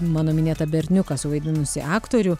mano minėtą berniuką suvaidinusį aktorių